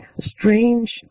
strange